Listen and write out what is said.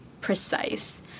precise